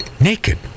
Naked